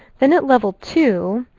then at level two,